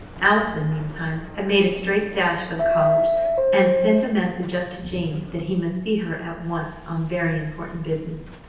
allison, meantime, had made a straight dash for the college and sent a message up to jane that he must see her at once on very important business.